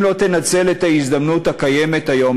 אם לא תנצל את ההזדמנות הקיימת היום,